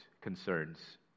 concerns